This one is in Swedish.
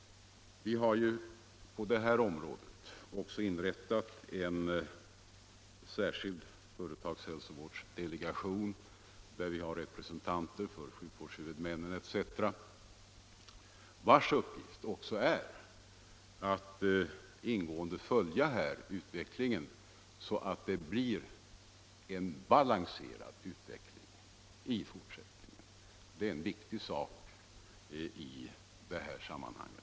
Vi har på detta område också inrättat en särskild företagshälsovårdsdelegation — med representanter för berörda parter, sjukvårdshuvudmännen etc. — vars uppgift också är att ingående följa utvecklingen, så att den blir balanserad i fortsättningen. Det är en viktig sak i detta sammanhang.